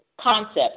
concept